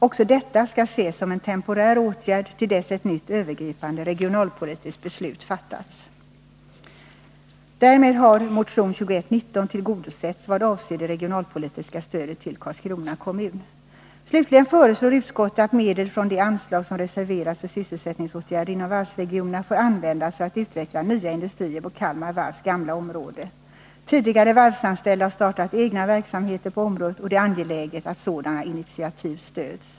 Också detta skall ses som en temporär åtgärd till dess att ett nytt övergripande regionalpolitiskt Slutligen föreslår utskottet att medel från det anslag som reserverats för sysselsättningsåtgärder inom varvsregionerna får användas för att utveckla nya industrier på Kalmar Varvs gamla område. Tidigare varvsanställda har startat egna verksamheter på området, och det är angeläget att sådana initiativ stöds.